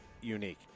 unique